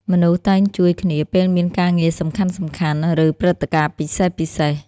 មនុស្សតែងជួយគ្នាពេលមានការងារសំខាន់ៗ ឬព្រឹត្តិការណ៍ពិសេសៗ។